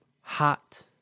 hot